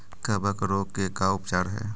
कबक रोग के का उपचार है?